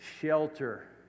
shelter